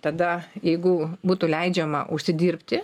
tada jeigu būtų leidžiama užsidirbti